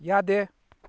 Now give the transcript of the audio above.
ꯌꯥꯗꯦ